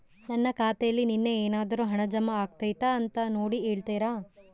ನನ್ನ ಖಾತೆಯಲ್ಲಿ ನಿನ್ನೆ ಏನಾದರೂ ಹಣ ಜಮಾ ಆಗೈತಾ ಅಂತ ನೋಡಿ ಹೇಳ್ತೇರಾ?